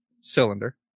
Cylinder